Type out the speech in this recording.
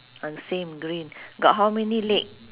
uh same green got how many leg